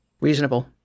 Reasonable